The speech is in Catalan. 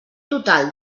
total